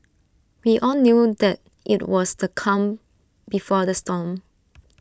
we all knew that IT was the calm before the storm